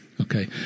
okay